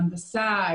ההנדסה,